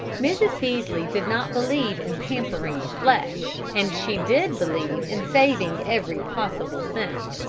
mrs. peaslee did not believe in pampering the flesh, and she did believe in saving every possible cent.